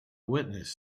witness